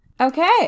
Okay